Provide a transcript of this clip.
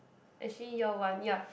actually year one ya